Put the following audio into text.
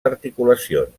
articulacions